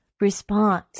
response